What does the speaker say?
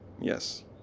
Yes